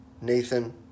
Nathan